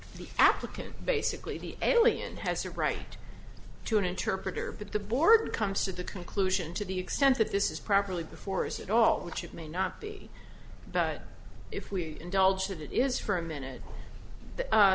the applicant basically the alien has a right to an interpreter but the board comes to the conclusion to the extent that this is properly before us at all which it may not be but if we indulge that it is for a minute